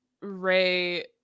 Ray